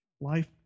Life